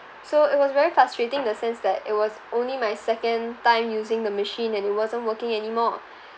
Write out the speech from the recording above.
so it was very frustrating in the sense that it was only my second time using the machine and it wasn't working anymore